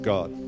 God